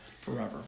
forever